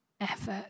effort